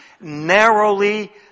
narrowly